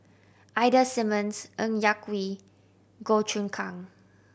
Ida Simmons Ng Yak Whee Goh Choon Kang